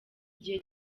igihe